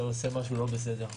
אתה עושה משהו שהוא לא בסדר,